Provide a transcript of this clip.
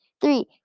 three